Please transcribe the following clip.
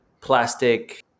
plastic